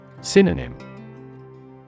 Synonym